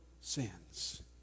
sins